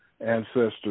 ancestors